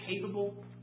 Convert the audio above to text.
capable